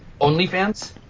OnlyFans